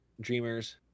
dreamers